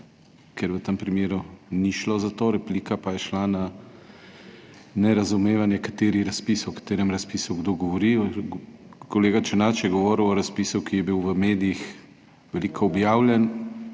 ker v tem primeru ni šlo za to, replika pa je šla na nerazumevanje, o katerem razpisu kdo govori. Kolega Černač je govoril o razpisu, ki je bil v medijih veliko objavljan